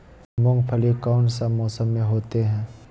मूंगफली कौन सा मौसम में होते हैं?